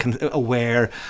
aware